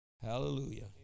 Hallelujah